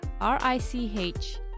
R-I-C-H